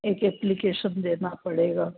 एक ऐप्लकेशन देना पड़ेगा